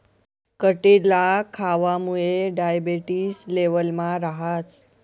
कटिरला खावामुये डायबेटिस लेवलमा रहास